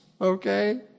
Okay